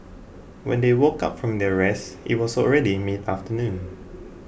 when they woke up from their rest it was already mid afternoon